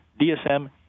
DSM